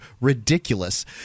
ridiculous